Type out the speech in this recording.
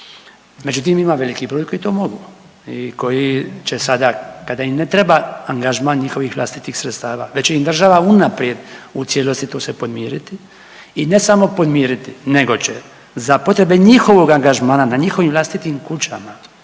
Međutim, ima veliki broj koji to mogu i koji će sada kada im ne treba angažman njihovih vlastitih sredstva već će im država unaprijed u cijelosti to sve podmiriti. I ne samo podmiriti nego će za potrebe njihovog angažmana na njihovim vlastitim kućama